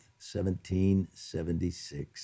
1776